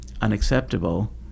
unacceptable